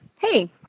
hey